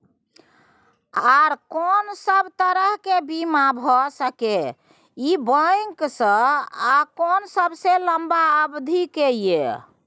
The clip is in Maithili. आर कोन सब तरह के बीमा भ सके इ बैंक स आ कोन सबसे लंबा अवधि के ये?